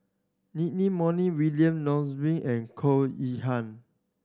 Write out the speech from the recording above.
Moey William Nervois and Goh Yihan